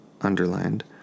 underlined